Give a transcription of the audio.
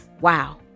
Wow